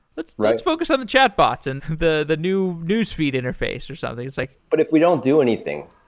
let's let's focus on the chatbots and the the new newsfeed interface, or something. like but if we don't do anything,